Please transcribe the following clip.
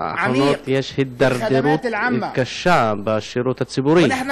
יש הידרדרות קשה בשירות הציבורי, ואנחנו